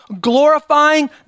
glorifying